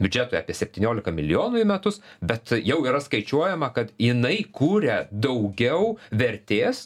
biudžetui apie septyniolika milijonų į metus bet jau yra skaičiuojama kad jinai kuria daugiau vertės